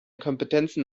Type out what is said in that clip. kompetenzen